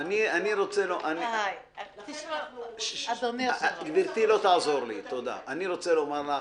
לכן אנחנו רוצים- -- אני רוצה לומר לך: